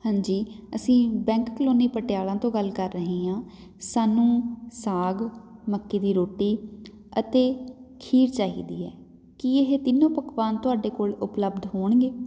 ਹਾਂਜੀ ਅਸੀਂ bank colony Patiala ਤੋਂ ਗੱਲ ਕਰ ਰਹੇ ਹਾਂ ਸਾਨੂੰ ਸਾਗ ਮੱਕੀ ਦੀ ਰੋਟੀ ਅਤੇ ਖੀਰ ਚਾਹੀਦੀ ਹੈ ਕੀ ਇਹ ਤਿੰਨੋਂ ਪਕਵਾਨ ਤੁਹਾਡੇ ਕੋਲ ਉਪਲੱਬਧ ਹੋਣਗੇ